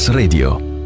radio